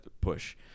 push